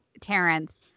Terrence